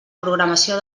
programació